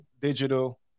digital